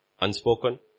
unspoken